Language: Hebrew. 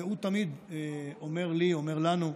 והוא תמיד אומר לי, אומר לנו: